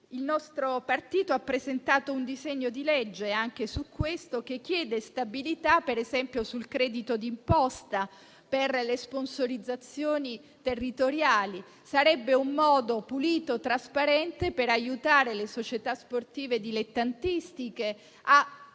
Il nostro partito ha presentato un disegno di legge anche a tal riguardo, che chiede stabilità, per esempio, sul credito d'imposta per le sponsorizzazioni territoriali. Sarebbe un modo pulito e trasparente per aiutare le società sportive dilettantistiche e